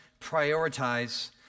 prioritize